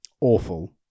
Awful